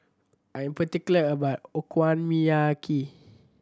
I am particular about Okonomiyaki